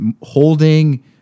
holding